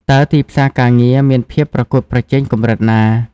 តើទីផ្សារការងារមានភាពប្រកួតប្រជែងកម្រិតណា?